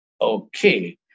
Okay